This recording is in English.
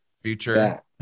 future